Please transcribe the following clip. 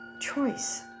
choice